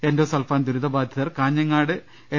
endo സൾഫാൻ ദുരിതബാധിതർ കാഞ്ഞങ്ങാട്ട് N